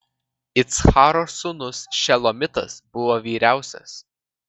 iccharo sūnus šelomitas buvo vyriausias